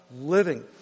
living